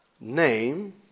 name